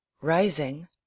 Rising